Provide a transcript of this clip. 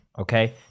Okay